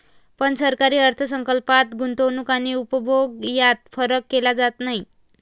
पण सरकारी अर्थ संकल्पात गुंतवणूक आणि उपभोग यात फरक केला जात नाही